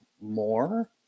more